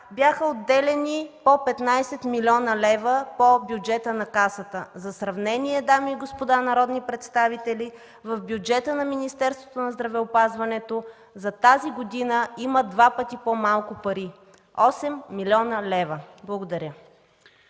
бяха отделяни по 15 млн. лв. по бюджета на Касата. За сравнение, дами и господа народни представители, в бюджета на Министерството на здравеопазването за тази година има два пъти по-малко пари – 8 млн. лв. Благодаря.